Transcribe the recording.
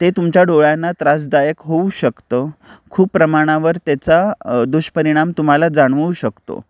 ते तुमच्या डोळ्यांना त्रासदायक होऊ शकतं खूप प्रमाणावर त्याचा दुष्परिणाम तुम्हाला जाणवू शकतो